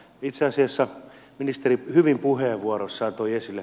itse asiassa ministeri hyvin puheenvuorossaan toi esille